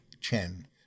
Chen